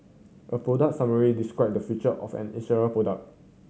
a product summary describe the feature of an insurance product